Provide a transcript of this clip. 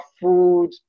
food